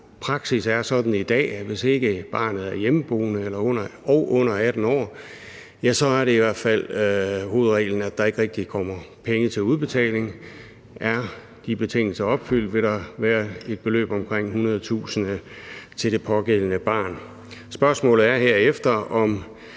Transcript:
Praksis er sådan i dag, at hvis ikke et barn er hjemmeboende og under 18 år – det er i hvert fald hovedreglen – kommer der ikke rigtig penge til udbetaling. Er de betingelser opfyldt, vil der være et beløb på omkring 100.000 kr. til det pågældende barn. Spørgsmålet er herefter, om